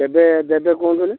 କେବେ ଦେବେ କୁହନ୍ତୁନି